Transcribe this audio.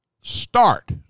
start